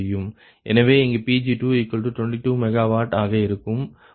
எனவே இங்கே Pg222 MW ஆக இருக்கும் போது λ39